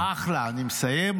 אני מסיים,